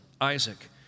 Isaac